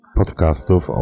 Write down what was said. podcastów